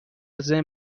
ضمن